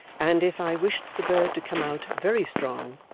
and if i wished the bird to come out very strong,